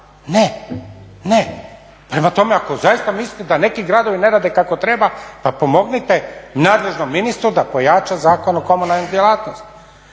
Ne, ne. Prema tome, ako zaista mislite da neki gradovi ne rade kako treba pa pomognite nadležnom ministru da pojača Zakon o komunalnoj djelatnosti,